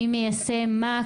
מי מיישם מה,